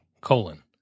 colon